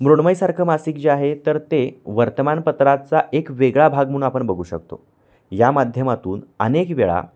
मृण्मयीसारखं मासिक जे आहे तर ते वर्तमानपत्राचा एक वेगळा भाग म्हणून आपण बघू शकतो या माध्यमातून अनेक वेळा